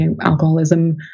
alcoholism